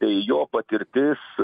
jo patirtis